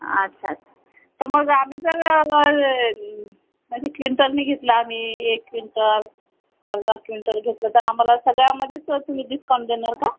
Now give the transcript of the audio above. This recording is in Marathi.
अच्छा तर मग आम्ही जर म्हणजे क्विंटलनी घेतला आम्ही एक क्विंटल अर्धा क्विंटल घेतलं तर आम्हाला सगळ्यामध्ये सर तुम्ही डिस्काउंट देणार का